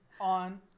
on